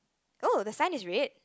oh the sign is red